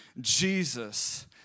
Jesus